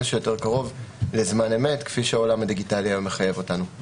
שיותר קרוב לזמן אמת כפי שהעולם הדיגיטלי מחייב אותנו היום.